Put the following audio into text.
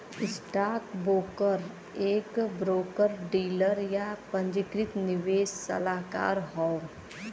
stockbroker एक broker dealer, या पंजीकृत निवेश सलाहकार हौ